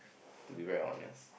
to be very honest